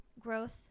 growth